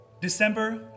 December